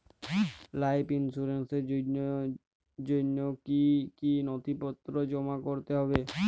Life ইন্সুরেন্সর জন্য জন্য কি কি নথিপত্র জমা করতে হবে?